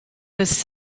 was